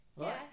yes